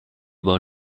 were